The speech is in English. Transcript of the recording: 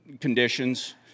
conditions